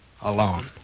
Alone